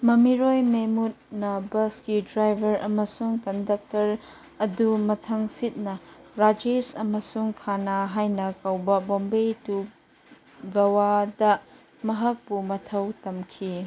ꯃꯃꯤꯔꯣꯏ ꯃꯦꯃꯨꯠꯅ ꯕꯁꯀꯤ ꯗ꯭ꯔꯥꯏꯕꯔ ꯑꯃꯁꯨꯡ ꯀꯟꯗꯛꯇꯔ ꯑꯗꯨ ꯃꯊꯪꯁꯤꯠꯅ ꯔꯥꯖꯦꯁ ꯑꯃꯁꯨꯡ ꯈꯟꯅꯥ ꯍꯥꯏꯅ ꯀꯧꯕ ꯕꯣꯝꯕꯦ ꯇꯨ ꯒꯣꯋꯥꯗ ꯃꯍꯥꯛꯄꯨ ꯃꯊꯧ ꯇꯝꯈꯤ